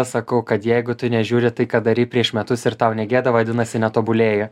sakau kad jeigu tu nežiūri tai ką darei prieš metus ir tau negėda vadinasi netobulėji